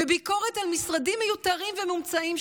ביקורת על משרדים מיותרים ומומצאים,